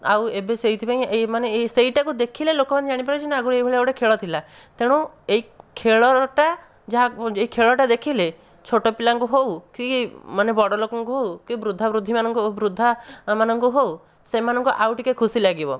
ଆଉ ଏବେ ସେଇଥିପାଇଁ ଏଇ ମାନେ ଏଇ ସେଇଟା କୁ ଦେଖିଲେ ଲୋକମାନେ ଜାଣିପାରିବେ ଯେ ନା ଆଗରୁ ଏହିଭଳିଆ ଗୋଟିଏ ଖେଳ ଥିଲା ତେଣୁ ଏ ଖେଳଟା ଯାହା ଏ ଖେଳଟା ଦେଖିଲେ ଛୋଟ ପିଲାଙ୍କୁ ହେଉ କି ମାନେ ବଡ଼ଲୋକଙ୍କୁ ହେଉ କି ବୃଦ୍ଧା ବୃଦ୍ଧି ମାନଙ୍କୁ ବୃଦ୍ଧା ମାନଙ୍କୁ ହେଉ ସେମାନଙ୍କୁ ଆଉ ଟିକିଏ ଖୁସି ଲାଗିବ